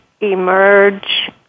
emerge